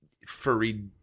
furry